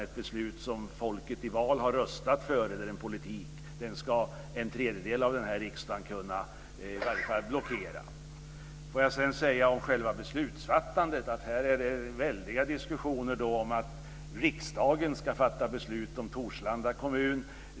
Den politik som folket i val har röstat för ska en tredjedel av den här riksdagen i varje fall kunna blockera. Jag vill om själva beslutsfattandet säga att det är väldiga diskussioner om att riksdagen ska fatta beslut om Torslanda kommun.